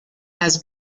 has